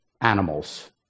animals